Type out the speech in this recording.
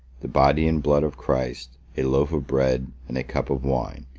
the body and blood of christ, a loaf of bread and a cup of wine,